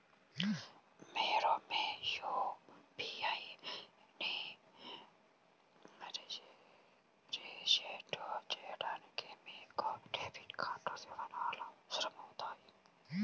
మీరు మీ యూ.పీ.ఐ పిన్ని రీసెట్ చేయడానికి మీకు డెబిట్ కార్డ్ వివరాలు అవసరమవుతాయి